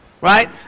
Right